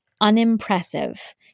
unimpressive